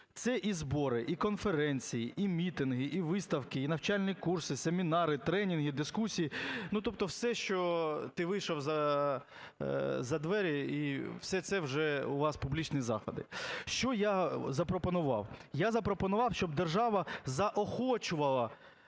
Це і збори, і конференції, і мітинги, і виставки, і навчальні курси, семінари, тренінги, дискусії – ну, тобто все, що… ти вийшов за двері і все це вже у вас публічні заходи. Що я запропонував? Я запропонував, щоб держава заохочувала